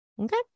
Okay